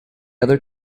other